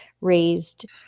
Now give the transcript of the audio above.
raised